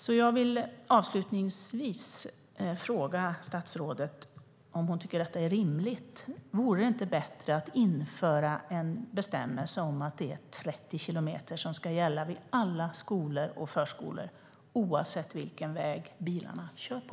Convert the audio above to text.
Avslutningsvis vill jag därför fråga statsrådet om hon tycker att detta är rimligt. Vore det inte bättre att införa en bestämmelse om att det är 30 som ska gälla vid alla skolor och förskolor oavsett vilken väg bilarna kör på?